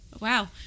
Wow